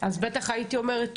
אז בטח הייתי אומרת,